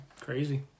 Crazy